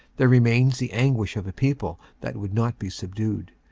there remains the anguish of a people that would not be subdued.